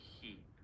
Heat